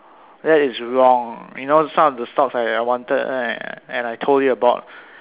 that is wrong you know some of the stocks that I wanted right and I told you about